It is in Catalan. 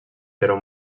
però